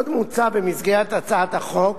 עוד מוצע, במסגרת הצעת החוק,